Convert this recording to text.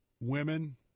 women